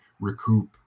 recoup